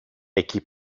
εκεί